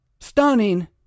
Stunning